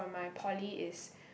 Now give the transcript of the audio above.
um my poly is